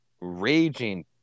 raging